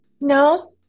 No